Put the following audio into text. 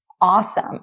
awesome